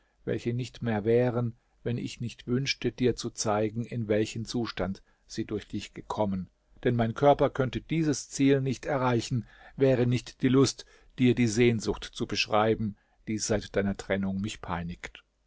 welche nicht mehr wären wenn ich nicht wünschte dir zu zeigen in welchen zustand sie durch dich gekommen denn mein körper könnte dieses ziel nicht erreichen wäre nicht die lust dir die sehnsucht zu beschreiben die seit deiner trennung mich peinigt